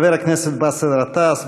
חבר הכנסת באסל גטאס,